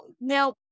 now